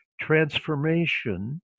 transformation